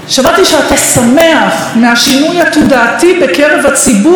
שמעתי שאתה שמח מהשינוי התודעתי בקרב הציבור,